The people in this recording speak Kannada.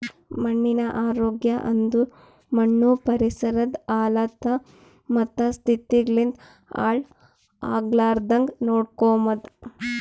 ಮಣ್ಣಿನ ಆರೋಗ್ಯ ಅಂದುರ್ ಮಣ್ಣು ಪರಿಸರದ್ ಹಲತ್ತ ಮತ್ತ ಸ್ಥಿತಿಗ್ ಲಿಂತ್ ಹಾಳ್ ಆಗ್ಲಾರ್ದಾಂಗ್ ನೋಡ್ಕೊಮದ್